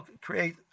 create